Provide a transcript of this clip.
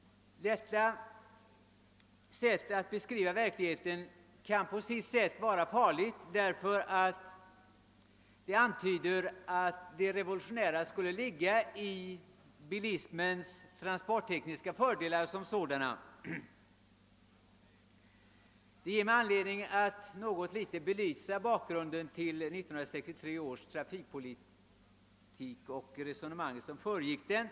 Detta kommunikationsministerns sätt att beskriva verkligheten kan emellertid vara farligt, eftersom det antyder att det revolutionära skulle ligga i bilismens transporttekniska fördelar som sådana. Det ger mig anledning att något belysa bakgrunden till 1963 års trafikpolitiska beslut och de resonemang som föregick detta.